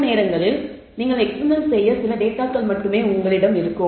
சில நேரங்களில் நீங்கள் எக்ஸ்பிரிமெண்ட் செய்ய சில டேட்டாக்கள் மட்டும் உங்களிடம் இருக்கும்